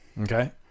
okay